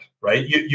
right